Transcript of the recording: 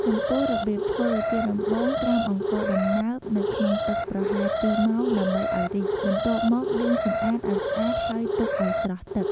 ចំពោះរបៀបធ្វើ ជាដំបូង ត្រាំអង្ករដំណើបនៅក្នុងទឹកប្រហែល ២ម៉ោងដើម្បីឱ្យរីក បន្ទាប់មកលាងសម្អាតឱ្យស្អាតហើយទុកឱ្យស្រស់ទឹក។